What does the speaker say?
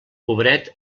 pobret